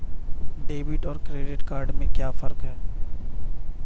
Debit और credit में क्या फर्क है?